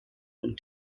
und